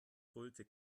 brüllte